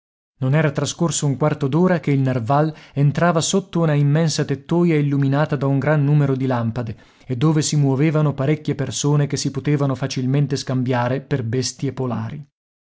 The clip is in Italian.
non era trascorso un quarto d'ora che il narval entrava sotto una immensa tettoia illuminata da un gran numero di lampade e dove si muovevano parecchie persone che si potevano facilmente scambiare per bestie polari